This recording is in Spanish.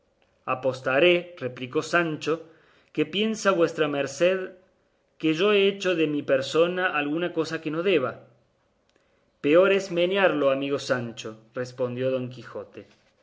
apostaré replicó sancho que piensa vuestra merced que yo he hecho de mi persona alguna cosa que no deba peor es meneallo amigo sancho respondió don quijote